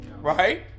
right